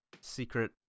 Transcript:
secret –